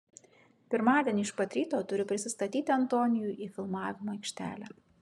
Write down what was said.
pirmadienį iš pat ryto turiu prisistatyti antonijui į filmavimo aikštelę